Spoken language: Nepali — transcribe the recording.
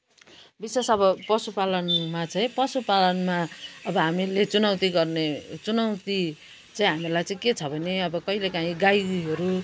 विशेष अब पशुपालनमा चाहिँ पशुपालनमा अब हामीले चुनौती गर्ने चुनौती चाहिँ हामीलाई चाहिँ के छ भने अब कहिले काहीँ गाईहरू